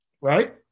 right